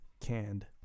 Canned